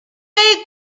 made